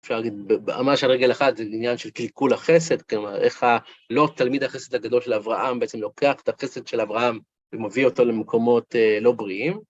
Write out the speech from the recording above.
אפשר להגיד, ממש על רגל אחת, זה עניין של קלקול החסד, כלומר, איך לוט תלמיד החסד הגדול של אברהם, בעצם לוקח את החסד של אברהם ומביא אותו למקומות לא בריאים.